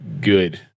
good